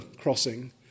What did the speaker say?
crossing